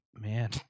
Man